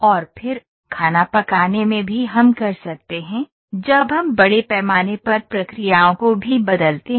और फिर खाना पकाने में भी हम कर सकते हैं जब हम बड़े पैमाने पर प्रक्रियाओं को भी बदलते हैं